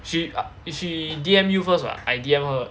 she is she D_M u first what I D_M her